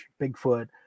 Bigfoot